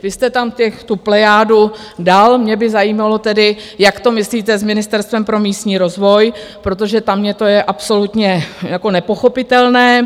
Vy jste tam tu plejádu dal, mě by zajímalo tedy, jak to myslíte s Ministerstvem pro místní rozvoj, protože tam mně je to absolutně jako nepochopitelné.